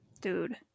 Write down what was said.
Dude